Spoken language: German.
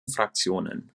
fraktionen